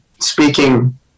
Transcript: speaking